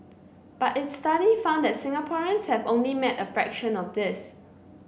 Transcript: but its study found that Singaporeans have only met a fraction of this